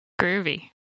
Groovy